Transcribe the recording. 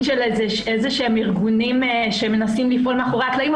של איזשהן ארגונים שמנסים לפעול מאחורי הקלעים.